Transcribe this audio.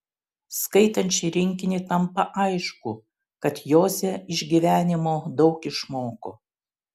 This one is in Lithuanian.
skaitant šį rinkinį tampa aišku kad joze iš gyvenimo daug išmoko